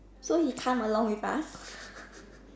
so he come along with us